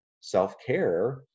self-care